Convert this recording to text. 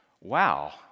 wow